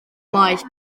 maes